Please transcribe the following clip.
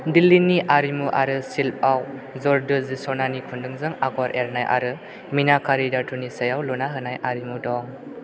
दिल्लीनि आरिमु आरो शिल्पआव जरदोजी सनानि खुन्दुंजों आगर एरनाय आरो मीनाकारी धातुनि सायाव लुना होनाय आरिमु दं